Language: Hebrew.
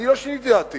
אני לא שיניתי את דעתי.